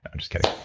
i'm just kidding.